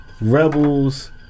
Rebels